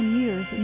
years